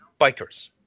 bikers